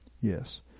Yes